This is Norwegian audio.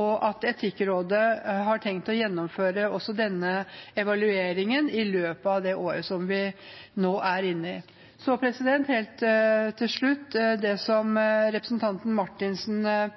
og at Etikkrådet har tenkt å gjennomføre også denne evalueringen i løpet av det året som vi nå er inne i. Så helt til slutt til det som representanten Marthinsen